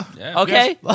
Okay